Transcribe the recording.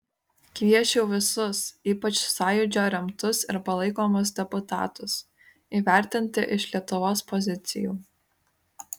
kviesčiau visus ypač sąjūdžio remtus ir palaikomus deputatus įvertinti iš lietuvos pozicijų